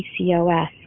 PCOS